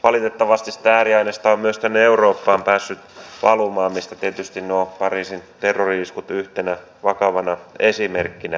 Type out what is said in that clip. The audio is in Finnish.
valitettavasti sitä ääriaineistoa on myös tänne eurooppaan päässyt valumaan mistä tietysti ovat nuo pariisin terrori iskut yhtenä vakavana esimerkkinä